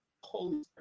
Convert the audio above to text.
Holy